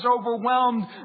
overwhelmed